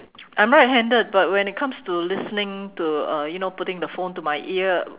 I'm right handed but when it comes to listening to uh you know putting the phone to my ear